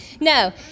No